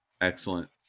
Excellent